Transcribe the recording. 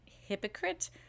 hypocrite